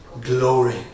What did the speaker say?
glory